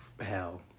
hell